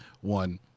one